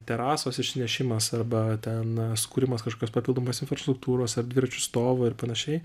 terasos išnešimas arba ten sukūrimas kažkokios papildomos infrastruktūros ar dviračių stovo ir panašiai